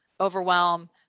overwhelm